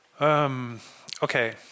Okay